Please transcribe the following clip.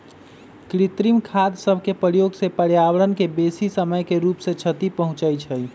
कृत्रिम खाद सभके प्रयोग से पर्यावरण के बेशी समय के रूप से क्षति पहुंचइ छइ